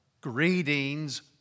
Greetings